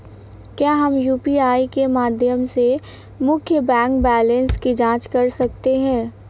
क्या हम यू.पी.आई के माध्यम से मुख्य बैंक बैलेंस की जाँच कर सकते हैं?